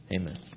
Amen